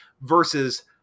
versus